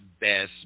best